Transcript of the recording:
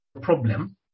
problem